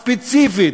ספציפית,